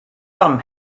some